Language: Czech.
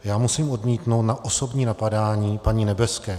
Já musím odmítnout osobní napadání paní Nebeské.